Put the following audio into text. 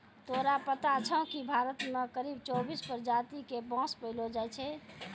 तोरा पता छौं कि भारत मॅ करीब चौबीस प्रजाति के बांस पैलो जाय छै